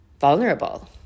vulnerable